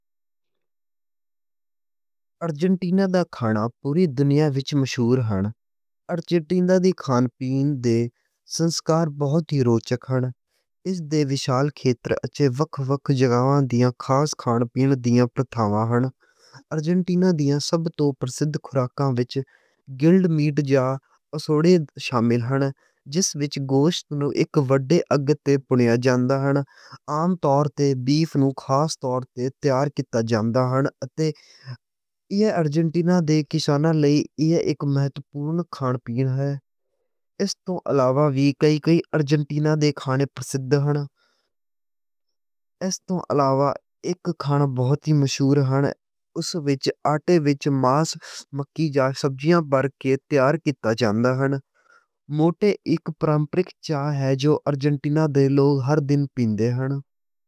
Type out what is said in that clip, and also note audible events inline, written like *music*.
ارجنٹینا دا کھانا پوری دنیا وچ مشہور ہیں۔ ارجنٹینا دی کھان پین دے سنسکار بہت ہی روچک ہیں۔ اس دے وشال کھیتر اچھے وکھ وکھ جگہاں دیاں خاص کھان پین دیاں پراتھماں ہیں۔ ارجنٹینا دیاں سب توں پرسِد خوراکاں وچ گرلڈ میٹ جاں اسادو شامل ہیں۔ جس وچ گوشت نوں اک وڈی آگ تے پوئیا جاندا ہیں۔ عام طور تے بیف نوں خاص طور تے تیار کیتا جاندا ہیں۔ اتے *hesitation* یہ ارجنٹینا دے کساناں لئی اس توں علاوہ وی کئی کئی ارجنٹینا دے کھانے پرسِد ہیں۔ اس توں علاوہ اک کھانا بہت ہی مشہور ہیں۔ اس وچ آٹے وچ ماس، مکئی جاں سبزیاں بھر کے تیار کیتا جاندا ہیں۔ ماٹے اک پرمپرِک چائے ہے جو ارجنٹینا دے لوگ ہر دن پیندے ہیں۔